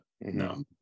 no